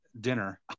dinner